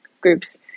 groups